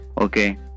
Okay